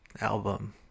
album